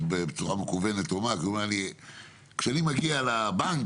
בצורה מקוונת הוא כי כשאני מגיע לבנק,